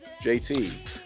JT